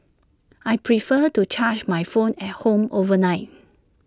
I prefer to charge my phone at home overnight